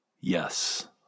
Yes